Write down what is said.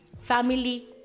family